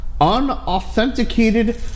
unauthenticated